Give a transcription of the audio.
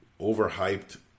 Overhyped